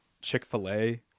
Chick-fil-A